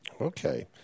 Okay